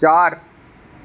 चार